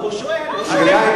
אבל הוא שואל, הוא שואל.